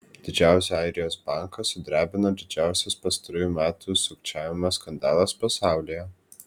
didžiausią airijos banką sudrebino didžiausias pastarųjų metų sukčiavimo skandalas pasaulyje